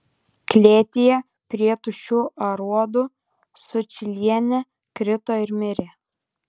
klėtyje prie tuščių aruodų sučylienė krito ir mirė